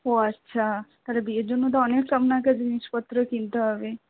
ও আচ্ছা তাহলে বিয়ের জন্য তো অনেক আপনাকে জিনিসপত্র কিনতে হবে